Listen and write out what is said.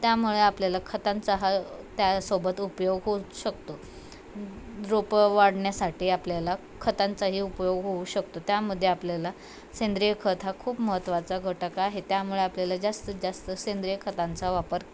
त्यामुळे आपल्याला खतांचा हा त्यासोबत उपयोग होऊ शकतो रोपं वाढण्यासाठी आपल्याला खतांचाही उपयोग होऊ शकतो त्यामध्ये आपल्याला सेंद्रिय खत हा खूप महत्त्वाचा घटक आहे त्यामुळे आपल्याला जास्तीत जास्त सेंद्रिय खतांचा वापर